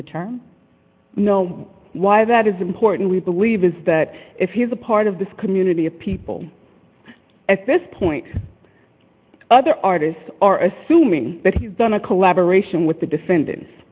the term know why that is important we believe is that if he is a part of this community of people at this point other artists are assuming that he's done a collaboration with the defend